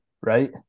right